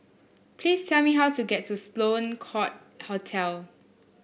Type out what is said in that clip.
please tell me how to get to Sloane Court Hotel